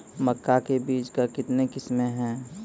मक्का के बीज का कितने किसमें हैं?